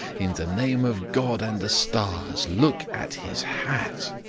in the name of god and the stars, look at his hat.